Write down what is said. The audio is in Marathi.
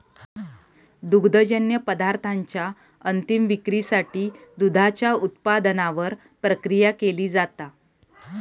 दुग्धजन्य पदार्थांच्या अंतीम विक्रीसाठी दुधाच्या उत्पादनावर प्रक्रिया केली जाता